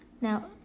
Now